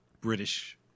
British